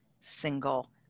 single